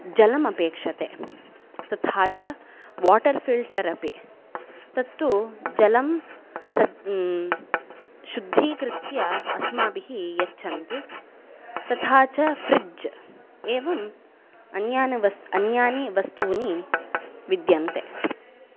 जलमपेक्षते तथा च water filter अपि तत्तु जलं शुद्धीकृत्य अस्माभिः यच्छन्ति तथा च फ़्रिड्ज् एवम् अन्यान् वस्तु अन्यानि वस्तूनि विद्यन्ते